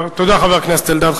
תודה, חבר הכנסת אלדד.